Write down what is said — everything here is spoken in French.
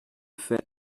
fait